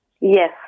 Yes